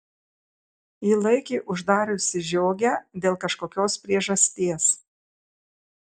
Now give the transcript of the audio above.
ji laikė uždariusi žiogę dėl kažkokios priežasties